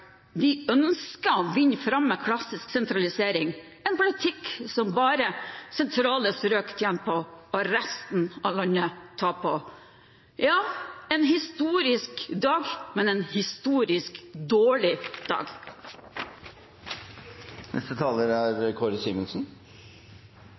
flertall ønsker å vinne fram med klassisk sentralisering – en politikk som bare sentrale strøk tjener på, og resten av landet taper på. Det er en historisk dag, men en historisk dårlig dag.